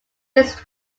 his